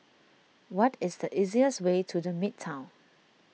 what is the easiest way to the Midtown